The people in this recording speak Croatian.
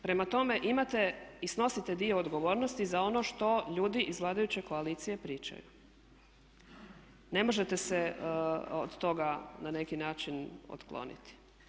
Prema tome imate i snosite dio odgovornosti za ono što ljudi iz vladajuće koalicije pričaju, ne možete se od toga na neki način otkloniti.